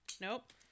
Nope